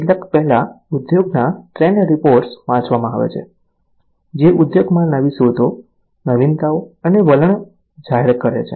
કેટલાક પહેલા ઉદ્યોગના ટ્રેન્ડ રિપોર્ટ્સ વાંચવામાં આવે છે જે ઉદ્યોગમાં નવી શોધો નવીનતાઓ અને વલણો જાહેર કરે છે